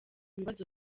bibazo